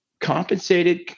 compensated